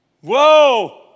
Whoa